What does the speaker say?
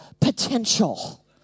potential